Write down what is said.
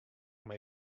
mei